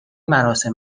مراسم